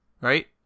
Right